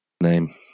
name